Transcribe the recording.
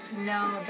No